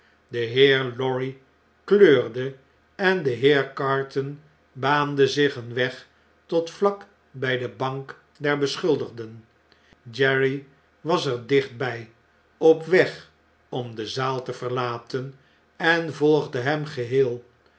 de heer lorry kleurde en de heer carton baande zich een weg tot vlak bg debankder beschuldigden jerry was er dicht bjj op weg om de zaal te verlaten en volgde hem geheel